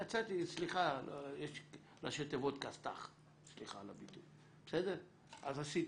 יצאתי, סליחה, כסת"ח, סליחה על הביטוי, אז עשיתי.